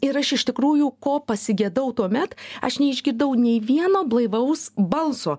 ir aš iš tikrųjų ko pasigedau tuomet aš neišgirdau nei vieno blaivaus balso